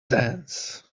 dance